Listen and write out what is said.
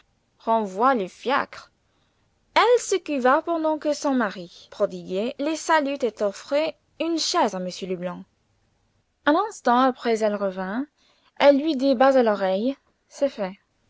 renvoie le fiacre elle s'esquiva pendant que son mari prodiguait les saluts et offrait une chaise à m leblanc un instant après elle revint et lui dit bas à l'oreille c'est fait